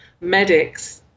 medics